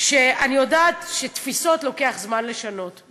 אני יודעת שלוקח זמן לשנות תפיסות.